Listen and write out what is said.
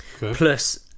Plus